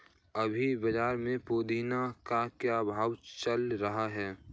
अभी बाज़ार में पुदीने का क्या भाव चल रहा है